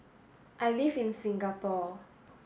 I live in Singapore